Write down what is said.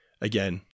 Again